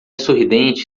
sorridente